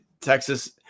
Texas